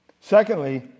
Secondly